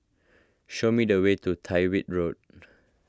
show me the way to Tyrwhitt Road